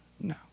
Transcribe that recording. No